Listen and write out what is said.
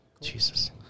Jesus